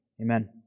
amen